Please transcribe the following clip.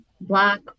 black